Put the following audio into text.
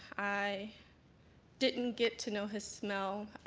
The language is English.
i didn't get to know his smell,